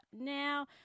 now